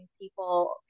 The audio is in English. people